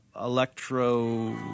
electro